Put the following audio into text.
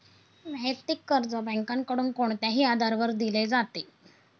वैयक्तिक कर्ज बँकांकडून कोणत्याही आधारावर दिले जाते